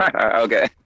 okay